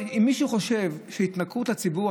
אם מישהו חושב שההתנכרות לציבור,